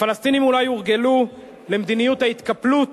הפלסטינים אולי הורגלו למדיניות ההתקפלות